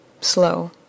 slow